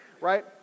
right